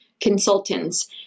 consultants